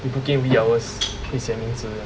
you book in wee hours 会写名字的